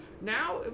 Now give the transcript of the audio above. now